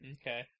Okay